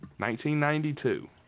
1992